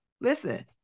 listen